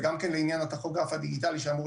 זה גם לעניין הטכוגרף הדיגיטלי שאמור